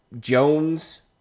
Jones